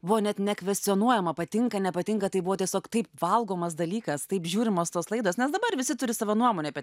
buvo net nekvestionuojama patinka nepatinka tai buvo tiesiog taip valgomas dalykas taip žiūrimos tos laidos nes dabar visi turi savo nuomonę apie